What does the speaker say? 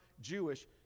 Jewish